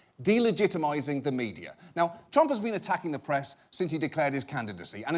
delegitimizing the media. now, trump has been attacking the press since he declared his candidacy, and